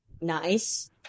Nice